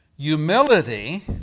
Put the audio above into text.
Humility